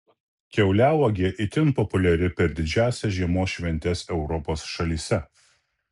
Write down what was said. kiauliauogė itin populiari per didžiąsias žiemos šventes europos šalyse